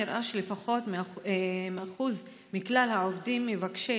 נראה שבעבור פחות מ-1% מכלל העובדים מבקשי